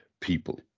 people